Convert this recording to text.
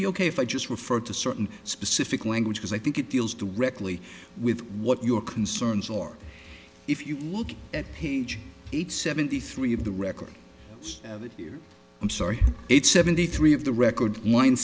be ok if i just referred to certain specific language because i think it deals directly with what your concerns or if you look at page eight seventy three of the record of it here i'm sorry it's seventy three of the record